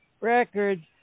records